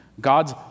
God's